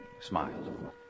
smiled